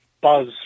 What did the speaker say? buzz